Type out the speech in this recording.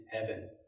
heaven